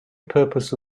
purpose